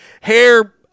hair